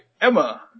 Emma